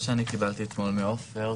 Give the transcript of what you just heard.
קיבלתי אתמול מעופר,